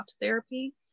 therapy